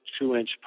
two-inch